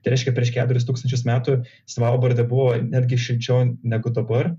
tai reiškia prieš keturis tūkstančius metų svalbarde buvo netgi šilčiau negu dabar